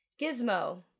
Gizmo